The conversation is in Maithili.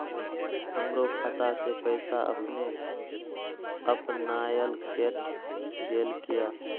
हमरो खाता से पैसा अपने अपनायल केट गेल किया?